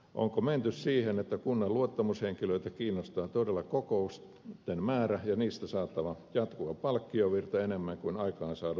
onko menty siihen että kunnan luottamushenkilöitä kiinnostaa todella kokousten määrä ja niistä saatava jatkuva palkkiovirta enemmän kuin aikaansaadut tulokset